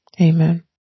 Amen